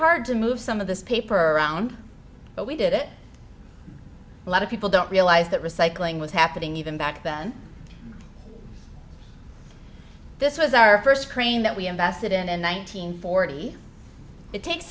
hard to move some of this paper around but we did it a lot of people don't realize that recycling was happening even back then this was our first crane that we invested in in one nine hundred forty it takes